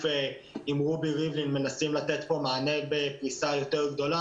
עם הנשיא רובי ריבלין מנסים לתת פה מענה בפריסה יותר רחבה.